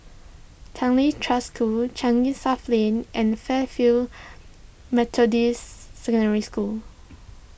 Tanglin Trust School Changi South Lane and Fairfield Methodist Secondary School